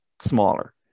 smaller